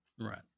Right